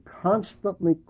constantly